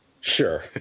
Sure